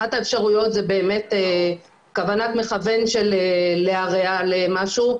אחת האפשרויות היא באמת כוונת מכוון של להרע למשהו,